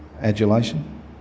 adulation